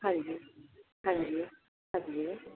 ਹਾਂਜੀ ਹਾਂਜੀ ਹਾਂਜੀ